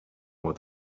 with